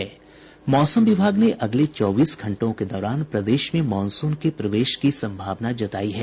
मौसम विभाग ने अगले चौबीस घंटों के दौरान प्रदेश में मॉनसून के प्रवेश की संभावना जतायी है